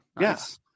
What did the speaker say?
Yes